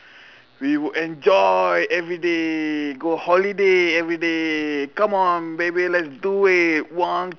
we would enjoy everyday go holiday everyday come on baby let's do it one